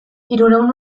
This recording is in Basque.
hirurehun